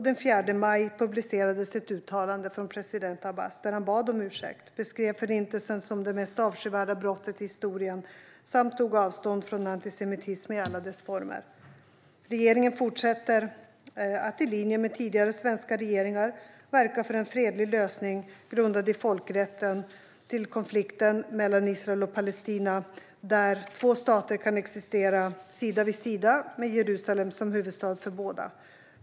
Den 4 maj publicerades ett uttalande från president Abbas där han bad om ursäkt, beskrev Förintelsen som det mest avskyvärda brottet i historien samt tog avstånd från antisemitism i alla dess former. Regeringen fortsätter att i linje med tidigare svenska regeringar verka för en fredlig lösning, grundad i folkrätten, på konflikten mellan Israel och Palestina där två stater kan existera sida vid sida, med Jerusalem som huvudstad för båda.